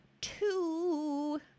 two